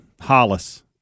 Hollis